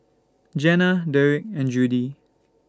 Jana Derik and Judie